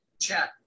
chat